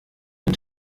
den